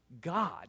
God